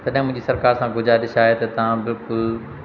तॾहिं मुंहिंजी सरकार खां गुज़ारिश आहे त तव्हां बिल्कुलु